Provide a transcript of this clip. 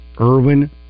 Irwin